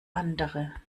andere